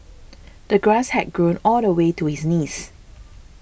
the grass had grown all the way to his knees